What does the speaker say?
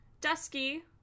Dusky